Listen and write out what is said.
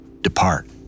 Depart